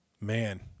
Man